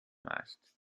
است